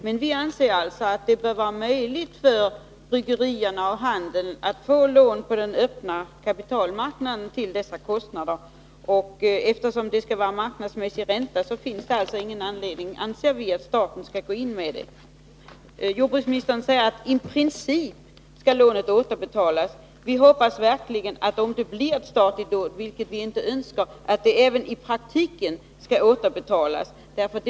Men vi anser alltså att det bör vara möjligt för bryggerierna och handeln att få lån på den öppna kapitalmarknaden till dessa kostnader. Och eftersom det skall vara marknadsmässig ränta finns det ingen anledning att staten skall gå in med lån. Jordbruksministern säger att ”i princip skall lånet återbetalas”. Om det blir ett statligt lån — vilket vi inte önskar — hoppas vi verkligen att det skall återbetalas i praktiken.